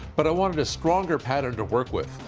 but i wanted a stronger pattern to work with.